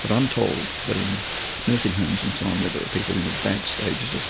but i'm told that in nursing homes and so on where there are people in advanced stages of